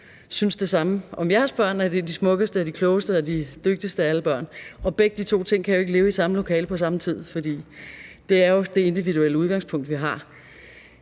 synes det samme om jeres børn, altså at det er de smukkeste og klogeste og dygtigste af alle børn. Og begge ting kan ikke gælde i samme lokale på samme tid, men det er jo det individuelle udgangspunkt, vi har.